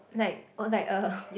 like oh like a